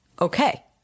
okay